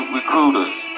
recruiters